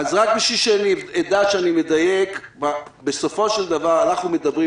אז רק בשביל שאדע שאני מדייק: בסופו של דבר אנחנו מדברים